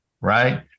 right